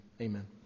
Amen